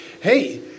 Hey